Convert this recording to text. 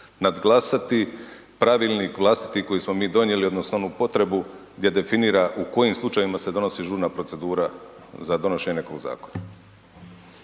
nadglasati pravilnik vlastiti koji smo mi donijeli odnosno onu potrebu gdje definira u kojim slučajevima se donosi žurna procedura za donošenje nekog zakona.